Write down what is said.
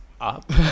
up